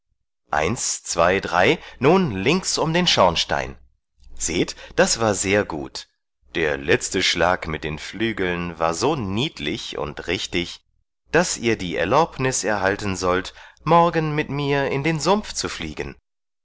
eins zwei drei nun links um den schornstein seht das war sehr gut der letzte schlag mit den flügeln war so niedlich und richtig daß ihr die erlaubnis erhalten sollt morgen mit mir in den sumpf zu fliegen